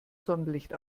sonnenlicht